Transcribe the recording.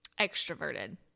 extroverted